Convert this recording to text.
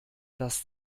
das